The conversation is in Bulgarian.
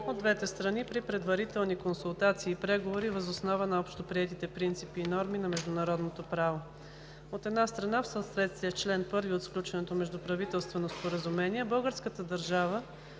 от двете страни при предварителни консултации и преговори въз основа на общоприетите принципи и норми на международното право. От една страна, в съответствие с чл. 1 на сключеното междуправителствено споразумение, българската държава